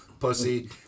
pussy